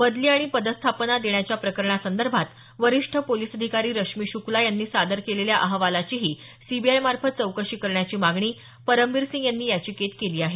बदली आणि पदस्थापना देण्याच्या प्रकरणासंदर्भात वरिष्ठ पोलिस अधिकारी रश्मी शुक्ला यांनी सादर केलेल्या अहवालाचीही सीबीआयमार्फत चौकशी करण्याची मागणी परमबीर सिंह यांनी याचिकेत केली आहे